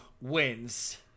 wins